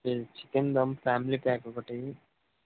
chicken dum family pack ఒకటి